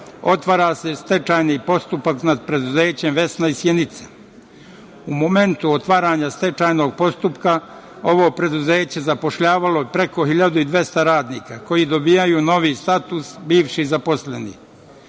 otvara se stečajni postupak nad preduzećem „Vesna“ iz Sjenice.U momentu otvaranja stečajnog postupka ovo preduzeće zapošljavalo je preko 1.200 radnika, koji dobijaju novi status - bivši zaposleni.